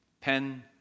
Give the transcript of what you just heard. pen